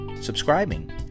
subscribing